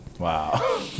Wow